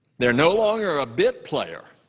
they're no longer a bit player.